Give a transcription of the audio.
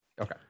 Okay